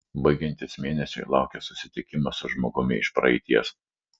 baigiantis mėnesiui laukia susitikimas su žmogumi iš praeities